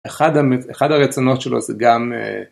אחד הרצונות שלו זה גם